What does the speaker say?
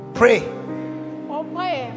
pray